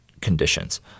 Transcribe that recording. conditions